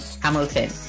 Hamilton